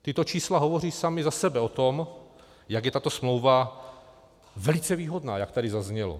Tato čísla hovoří sama za sobe o tom, jak je tato smlouva velice výhodná, jak tady zaznělo.